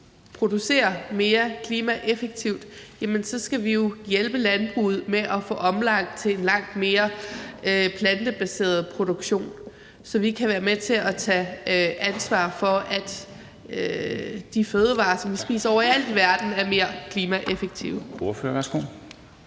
producere mere klimaeffektivt, skal vi jo hjælpe landbruget med at få omlagt til en langt mere plantebaseret produktion, så vi kan være med til at tage ansvar for, at de fødevarer, man spiser overalt i verden, er mere klimaeffektive.